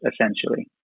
essentially